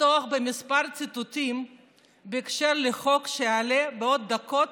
לפתוח בכמה ציטוטים בהקשר של חוק שיעלה בעוד דקות